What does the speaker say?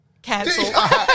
Cancel